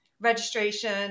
registration